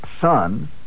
son